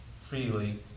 freely